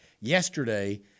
yesterday